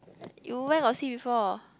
you where got see before